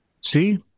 See